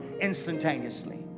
instantaneously